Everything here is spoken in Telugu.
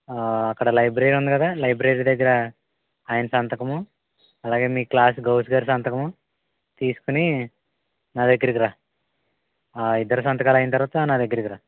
అక్కడ లైబ్రరీ ఉంది కదా లైబ్రరీ దగ్గర ఆయన సంతకము అలాగే మీ క్లాస్ గౌస్ గారి సంతకము తీసుకుని నా దగ్గరకిరా ఆ ఇద్దరి సంతకాలు అయిన తర్వాత నా దగ్గరకిరా